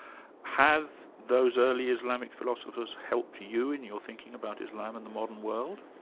have those early islamic philosophers helped you in your thinking about islam in the modern world?